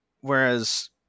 whereas